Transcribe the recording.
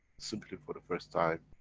simply for the first time